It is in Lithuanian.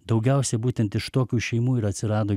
daugiausiai būtent iš tokių šeimų ir atsirado